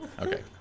Okay